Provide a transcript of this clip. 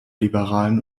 liberalen